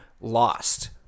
lost